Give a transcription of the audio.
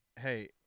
Hey